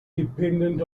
dependent